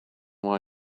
why